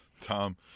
tom